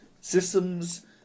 Systems